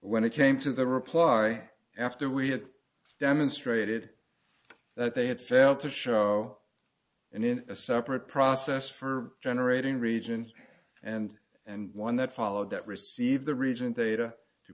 when it came to the reply after we had demonstrated that they had failed to show and in a separate process for generating region and and one that followed that received the region data to